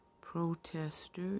Protester